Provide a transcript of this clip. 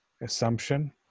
assumption